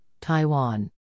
Taiwan